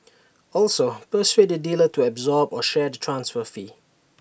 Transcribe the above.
also persuade the dealer to absorb or share the transfer fee